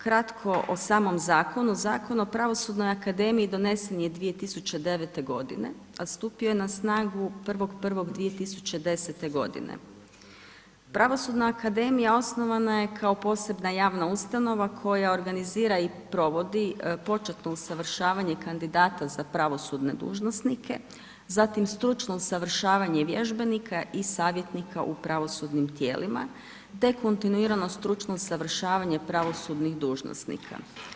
Kratko o samom zakonu, Zakon o pravosudnoj akademiji, donesen je 2009.g. a stupio je na snagu 1.1.2010. g. Pravosudna akademija, osnovana je kao posebna javna ustanova, koja organizira i provodi početno usavršavanje kandidata za pravosudne dužnosnike, zatim stručno usavršavanje vježbenika i savjetnika u pravosudnim tijelima, te kontinuirano stručno usavršavanje pravosudnih dužnosnika.